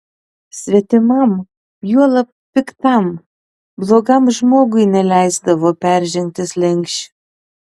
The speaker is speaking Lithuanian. svetimam juolab piktam blogam žmogui neleisdavo peržengti slenksčio